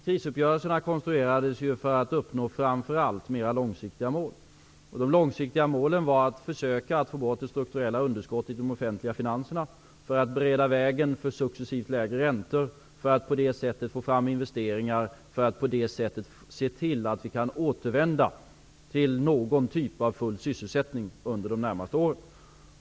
Krisuppgörelserna konstruerades för att uppnå framför allt mera långsiktiga mål, vilka var att försöka få bort det strukturella underskottet i de offentliga finanserna, för att bereda vägen för successivt lägre ränta och på det sättet få fram investeringar och se till att vi kan återvända till någon typ av full sysselsättning under de närmaste åren.